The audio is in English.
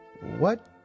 What